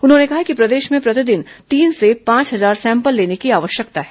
उन्होंने कहा कि प्रदेश में प्रतिदिन तीन से पांच हजार सैंपल लेने की आवश्यकता है